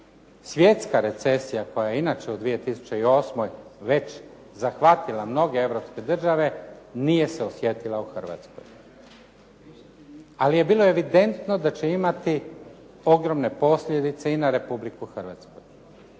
svjetska recesija koja je inače u 2008. već zahvatila mnoge europske države nije se osjetila u Hrvatskoj, ali je bilo evidentno da će imati ogromne posljedice i na Republiku Hrvatsku.